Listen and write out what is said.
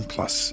Plus